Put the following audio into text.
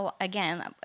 again